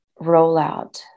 rollout